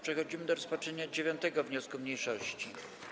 Przechodzimy do rozpatrzenia 9. wniosku mniejszości.